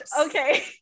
okay